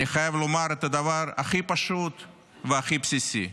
אני חייב לומר את הדבר הכי פשוט והכי בסיסי: